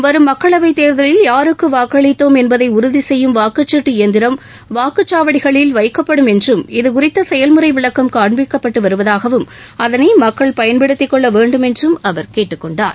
வரும் மக்களவைத் தேர்தலில் யாருக்கு வாக்களித்தோம் என்பதை உறுதி செய்யும் வாக்குச்சீட்டு இயந்திரம் வாக்குச்சாவடிகளில் வைக்கப்படும் என்றும் இதுகுறித்த செயல்முறை விளக்கம் காண்பிக்கப்பட்டு வருவதாகவும் அதனை மக்கள் பயன்படுத்திக் கொள்ள வேண்டும் என்றும் அவர் கேட்டுக் கொண்டார்